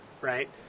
right